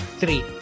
three